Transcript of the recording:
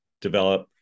develop